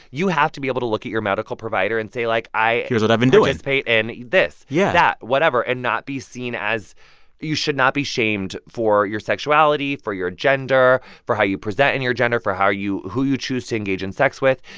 you have to be able to look at your medical provider and say like, i. here's what i've been doing. participate and in this. yeah. that, whatever and not be seen as you should not be shamed for your sexuality, for your gender, for how you present in your gender, for how you who you choose to engage in sex with.